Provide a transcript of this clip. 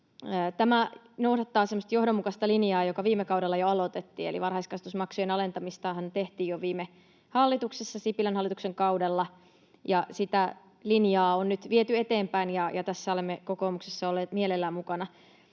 semmoista johdonmukaista linjaa, joka viime kaudella jo aloitettiin, eli varhaiskasvatusmaksujen alentamistahan tehtiin jo viime hallituksessa, Sipilän hallituksen kaudella, ja sitä linjaa on nyt viety eteenpäin, ja tässä olemme kokoomuksessa olleet mielellään mukana.